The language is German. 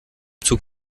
zug